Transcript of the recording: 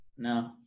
No